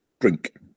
drink